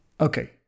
Okay